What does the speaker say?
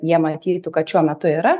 jie matytų kad šiuo metu yra